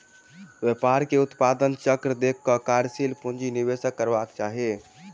व्यापार के उत्पादन चक्र देख के कार्यशील पूंजी निवेश करबाक चाही